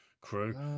crew